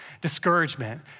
Discouragement